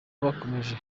bakomeje